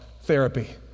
therapy